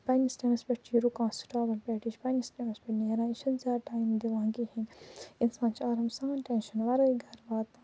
پَنٕنِس ٹایمَس پٮ۪ٹھ چھِ یہِ رُکان سِٹاپَن پٮ۪ٹھ یہِ چھِ پنٕنِس ٹایمَس پٮ۪ٹھ نیران یہِ چھَ نہٕ زیادٕ ٹایم دِوان کِہیٖنٛۍ نہٕ اِنسان چھُ آرام سان ٹٮ۪نشَن وَرٲیی گَرٕ واتان